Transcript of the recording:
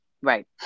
Right